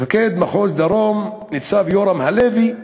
מפקח מחוז הדרום, ניצב יורם הלוי,